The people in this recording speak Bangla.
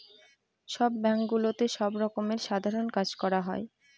সব ব্যাঙ্কগুলোতে সব রকমের সাধারণ কাজ করা হয়